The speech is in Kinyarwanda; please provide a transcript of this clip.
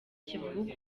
kivuga